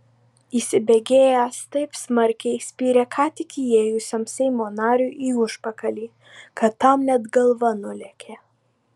įsibėgėjęs taip smarkiai spyrė ką tik įėjusiam seimo nariui į užpakalį kad tam net galva nulėkė